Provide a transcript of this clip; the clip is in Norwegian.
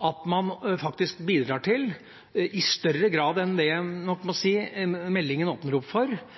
at man faktisk bidrar i større grad enn det jeg nok må si meldinga åpner opp for,